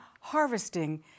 harvesting